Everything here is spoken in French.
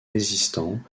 résistants